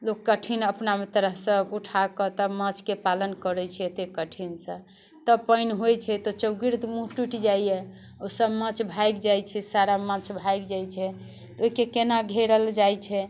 लोक कठिन अपना तरहसँ उठा कऽ तब माछके पालन करैत छै एतेक कठिनसँ तब पानि होइत छै तऽ चौगिर्द मुँह टूटि जाइया ओसब माछ भागि जाइत छै सारा माछ भागि जाइत छै तऽ ओहिके केना घेरल जाइत छै